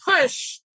push